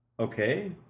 Okay